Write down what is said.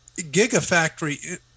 gigafactory